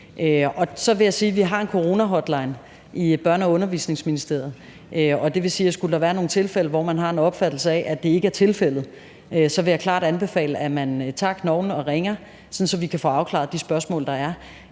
vi har en coronahotline i Børne- og Undervisningsministeriet, så skulle der være nogle tilfælde, hvor man har en opfattelse af, at det ikke er tilfældet, at der er kompensation, vil jeg klart anbefale, at man tager knoglen og ringer, sådan at vi kan få afklaret de spørgsmål, der er.